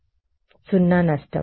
0 నష్టం